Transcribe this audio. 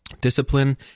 discipline